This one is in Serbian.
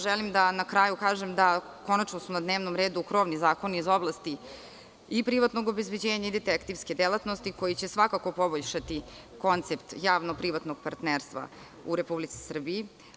Želim na kraju da kažem da su konačno na dnevnom redu krovni zakoni iz oblasti i privatnog obezbeđenja i detektivskoj delatnosti koji će poboljšati koncept javnog privatnog partnerstva u Republici Srbiji.